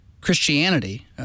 Christianity